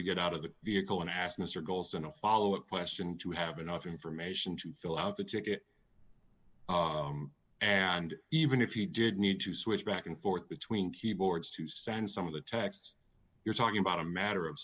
to get out of the vehicle and ask mr gholson a follow up question to have enough information to fill out the ticket and even if you did need to switch back and forth between keyboards to send some of the texts you're talking about a matter of